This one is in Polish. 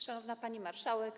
Szanowna Pani Marszałek!